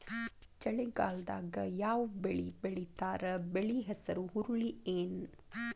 ಚಳಿಗಾಲದಾಗ್ ಯಾವ್ ಬೆಳಿ ಬೆಳಿತಾರ, ಬೆಳಿ ಹೆಸರು ಹುರುಳಿ ಏನ್?